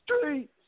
Streets